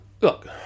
look